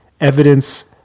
evidence